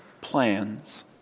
plans